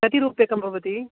कति रूप्यकं भवति